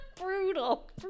Brutal